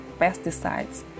pesticides